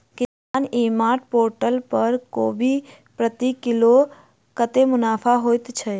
किसान e mart portal पर कोबी प्रति किलो कतै मुनाफा होइ छै?